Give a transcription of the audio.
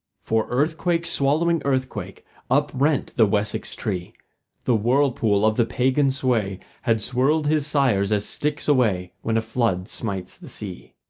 for earthquake swallowing earthquake uprent the wessex tree the whirlpool of the pagan sway had swirled his sires as sticks away when a flood smites the sea.